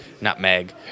nutmeg